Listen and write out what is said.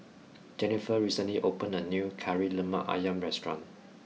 Jenniffer recently opened a new Kari Lemak Ayam restaurant